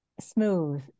smooth